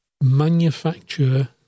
manufacture